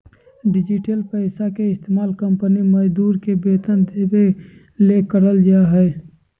digital पैसा के इस्तमाल कंपनी मजदूर के वेतन देबे ले करल जा हइ